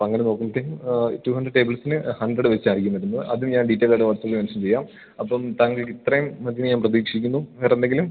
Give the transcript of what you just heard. അപ്പം അങ്ങനെ നോക്കുമ്പോഴ്ത്തേന് ടൂ ഹൺഡ്രഡ് ടേബിൾസിന് ഹൺഡ്രഡ് വെച്ചായിരിക്കും വരുന്നു അത് ഞാൻ ഡീറ്റെയ്ലായിട്ട് വാട്സപ്പിൽ മെൻഷൻ ചെയ്യാം അപ്പം താങ്കൾക്ക് ഇത്രയും മതിയെന്ന് ഞാൻ പ്രതീക്ഷിക്കുന്നു വേറെ എന്തെങ്കിലും